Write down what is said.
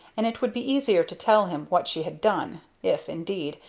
and it would be easier to tell him what she had done, if, indeed,